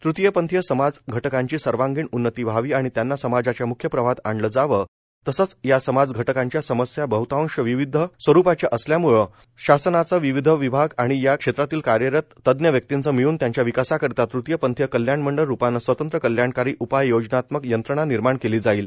तृतीय पंथीय समाज घटकांची सर्वांगीण उन्नती व्हावी आणि त्यांना समाजाच्या मुख्य प्रवाहात आणले जावे तसेच या समाजघटकांच्या समस्या बहतांश विभिन्न स्वरुपाच्या असल्यामुळे शासनाचे विविध विभाग आणि या क्षेत्रातील कार्यरत तज्ज्ञ व्यक्तींचे मिळून त्यांच्या विकासाकरिता तृतीय पंथीय कल्याण मंडळ रुपाने स्वतंत्र कल्याणकारी उपाययोजनात्मक यंत्रणा निर्माण केली जाईल